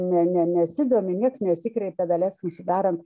ne ne nesidomi nieks nesikreipia daleiskim sudarant